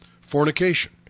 fornication